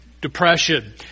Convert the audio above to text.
depression